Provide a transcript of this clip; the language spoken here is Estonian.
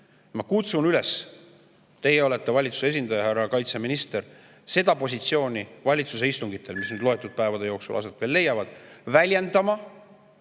Ma kutsun üles – teie olete valitsuse esindaja, härra kaitseminister – seda positsiooni valitsuse istungitel, mis nüüd loetud päevade jooksul veel aset leiavad, väljendama.